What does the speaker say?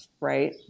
right